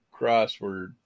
Crossword